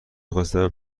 خواستم